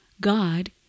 God